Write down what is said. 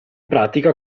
pratica